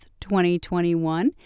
2021